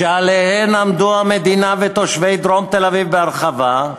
שעליהן עמדו המדינה ותושבי דרום תל-אביב בהרחבה,